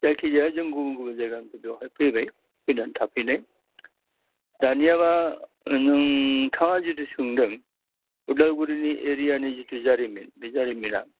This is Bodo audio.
जायखिजाया जों गुबुन गुबुन जायगानिफ्राय बेवहाय फैबाय फैनानै थाफैनाय दानियाबा नोंथाङा जिथु सोंदों उदालगुरिनि एरियानि जिथु जारिमिन बे जारिमिना